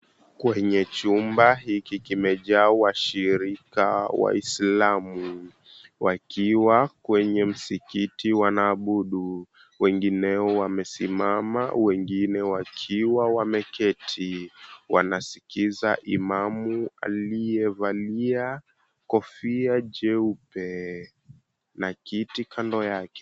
Kwenye chumba hiki kimejaa washirika waislamu, wakiwa kwenye msikiti wanaabudu. Wengineo wamesimama wengine wakiwa wameketi wanasikiza imamu aliyevalia kofia jeupe na kiti kando yake.